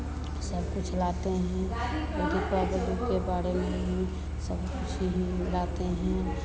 सब कुछ लाते हैं दीपावली के बारे में हम सब कुछ यहीं लाते हैं